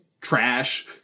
trash